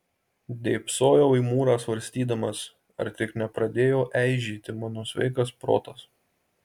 dėbsojau į mūrą svarstydamas ar tik nepradėjo eižėti mano sveikas protas